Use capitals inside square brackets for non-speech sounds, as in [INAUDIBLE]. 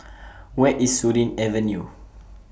[NOISE] Where IS Surin Avenue